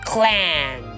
？Clan，